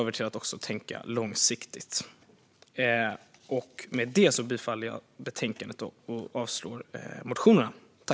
Med det yrkar jag bifall till utskottets förslag i betänkandet och avslag på motionerna.